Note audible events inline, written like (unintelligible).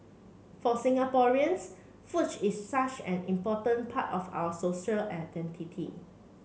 for Singaporeans (unintelligible) is such an important part of our social identity